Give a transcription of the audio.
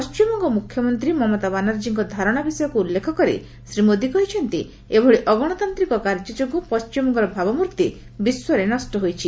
ପଣ୍ଟିମବଙ୍ଗ ମୁଖ୍ୟମନ୍ତ୍ରୀ ମମତା ବାନାର୍ଜୀଙ୍କ ଧାରଣା ବିଷୟକୁ ଉଲ୍ଲେଖ କରି ଶ୍ରୀ ମୋଦି କହିଛନ୍ତି ଏଭଳି ଅଗଣତାନ୍ତିକ କାର୍ଯ୍ୟ ଯୋଗୁଁ ପଣ୍ଢିମବଙ୍ଗର ଭାବମୂର୍ତ୍ତି ବିଶ୍ୱରେ ନଷ୍ଟ ହୋଇଛି